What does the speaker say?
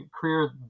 career